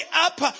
up